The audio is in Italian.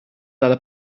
dalla